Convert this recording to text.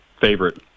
favorite